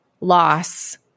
Loss